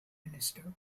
minister